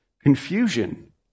confusion